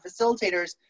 facilitators